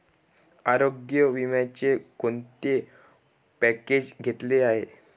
आरोग्य विम्याचे कोणते पॅकेज घेतले आहे?